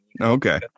Okay